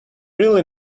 really